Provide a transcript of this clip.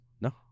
No